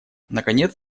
наконец